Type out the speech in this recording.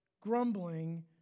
grumbling